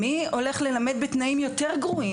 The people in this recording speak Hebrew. מי הולך ללמד בתנאים יותר גרועים?